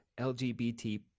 LGBT